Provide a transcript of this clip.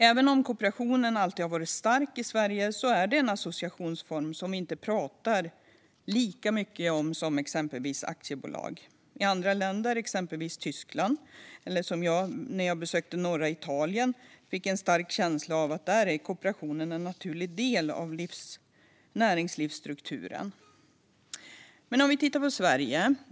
Även om kooperationen alltid har varit stark i Sverige är det en associationsform som vi inte pratar lika mycket om som vi till exempel gör om aktiebolag. I andra länder är kooperationen en naturlig del av näringslivsstrukturen, exempelvis i Tyskland eller i norra Italien, vilket jag fick en stark känsla av när jag var på besök där. Vi kan titta på Sverige.